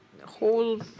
whole